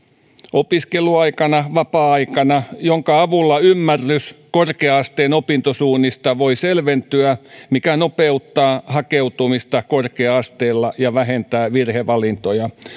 opiskeluaikana ja vapaa aikana jonka avulla ymmärrys korkea asteen opintosuunnista voi selventyä mikä nopeuttaa hakeutumista korkea asteella ja vähentää virhevalintoja